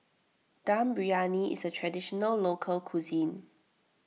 Dum Briyani is a Traditional Local Cuisine